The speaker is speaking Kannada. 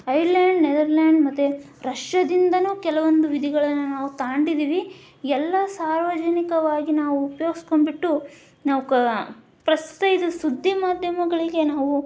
ಐರ್ಲ್ಯಾಂಡ್ ನೆದರ್ಲ್ಯಾಂಡ್ ಮತ್ತು ರಷ್ಯದಿಂದಲೂ ಕೆಲವೊಂದು ವಿಧಿಗಳನ್ನು ನಾವು ತಾಂಡಿದಿವಿ ಎಲ್ಲ ಸಾರ್ವಜನಿಕವಾಗಿ ನಾವು ಉಪ್ಯೋಗ್ಸ್ಕೊಂಡ್ಬಿಟ್ಟು ನಾವು ಕ ಪ್ರಸ್ತುತ ಇದು ಸುದ್ದಿ ಮಾಧ್ಯಮಗಳಿಗೆ ನಾವು